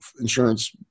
insurance